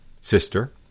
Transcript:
sister